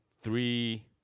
three